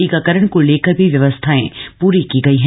टीकाक्ररण को लेकर भी व्यवस्थाएं पूरी की गई हैं